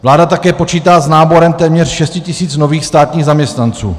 Vláda také počítá s náborem téměř 6 tisíc nových státních zaměstnanců.